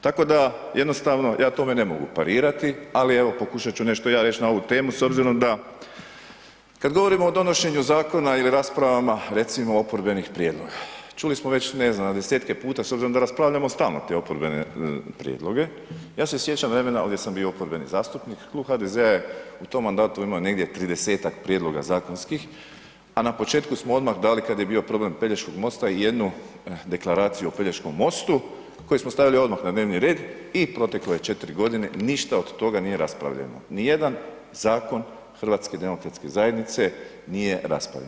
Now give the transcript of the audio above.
Tako da jednostavno ja tome ne mogu parirati ali evo pokušat ću nešto i ja reć na ovu temu s obzirom da kad govorimo o donošenju zakona ili raspravama recimo oporbenih prijedloga, čuli smo već ne znam na desetke puta s obzirom da raspravljamo stalno te oporbene prijedloge, ja se sjećam vremena gdje sam oporbeni zastupnik, klub HDZ-a je u tom mandatu imao negdje 30-ak prijedloga zakonskih a na početku smo odmah dali kad je bio problem Pelješkog mosta i jednu deklaraciju o Pelješkom mostu koju smo stavili odmah na dnevni red i proteklo je 4 g., ništa od toga nije raspravljeno, nijedan zakon HDZ-a nije raspravljen.